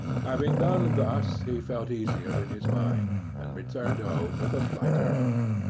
having done thus he felt easier in his mind, and returned home with a lighter heart.